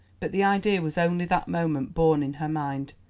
but the idea was only that moment born in her mind.